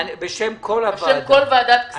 בשם כל ועדת כספים מבקשת.